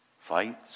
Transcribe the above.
fights